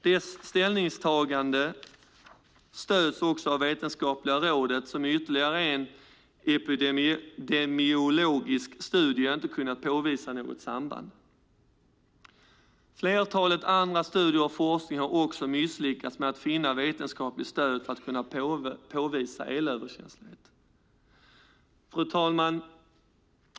Dess ställningstagande stöds också av Vetenskapliga rådet, som i ytterligare en epidemiologisk studie inte kunnat påvisa något samband. Flertalet andra studier och forskningar har också misslyckats med att finna vetenskapligt stöd för att kunna påvisa elöverkänslighet. Fru talman!